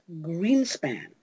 Greenspan